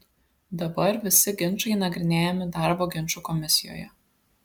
dabar visi ginčai nagrinėjami darbo ginčų komisijoje